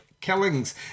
killings